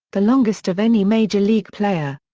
the longest of any major league player.